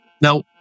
Now